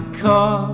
car